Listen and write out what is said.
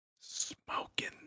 smoking